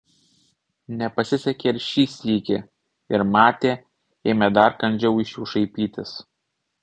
nepasisekė ir šį sykį ir matė ėmė dar kandžiau iš jų šaipytis